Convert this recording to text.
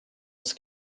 das